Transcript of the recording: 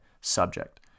subject